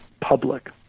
public